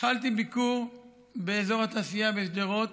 התחלתי ביקור באזור התעשייה בשדרות,